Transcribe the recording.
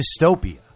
dystopia